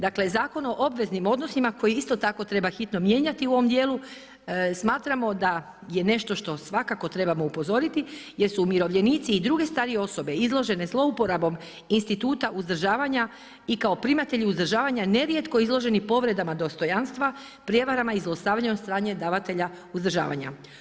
Dakle, Zakon o obveznim odnosima koji isto tako treba hitno mijenjati u ovom djelu smatramo da je nešto što svakako trebamo upozoriti jer su umirovljenici i druge starije osobe izložene zlouporabom instituta uzdržavanja i kao primatelju uzdržavanja nerijetko izloženim povredama dostojanstva, prijevarama i zlostavljanja od strane davatelja uzdržavanja.